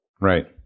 Right